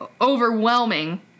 Overwhelming